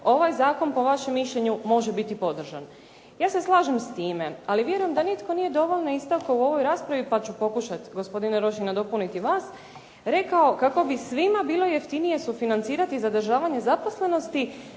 ovaj zakon po vašem mišljenju može biti podržan. Ja se slažem s time. Ali vjerujem da nitko u ovoj raspravi nije dovoljno istaknuo, pa ću pokušati gospodine Rošine dopuniti vas, rekao kako bi svima bilo jeftinije sufinancirati zadržavanje zaposlenosti,